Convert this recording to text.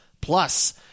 Plus